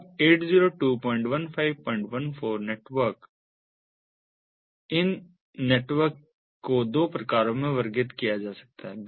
अब 802154 नेटवर्क इन नेटवर्क को दो प्रकारों में वर्गीकृत किया जा सकता है